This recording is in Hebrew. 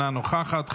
אינה נוכחת.